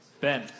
Ben